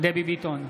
דבי ביטון,